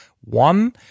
One